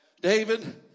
David